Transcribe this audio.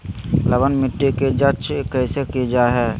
लवन मिट्टी की जच कैसे की जय है?